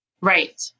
Right